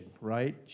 right